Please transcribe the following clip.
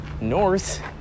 North